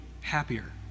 happier